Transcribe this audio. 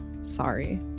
Sorry